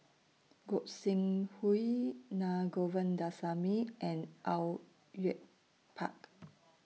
Gog Sing Hooi Na Govindasamy and Au Yue Pak